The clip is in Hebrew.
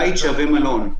בית שווה מלון.